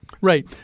right